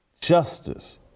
justice